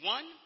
One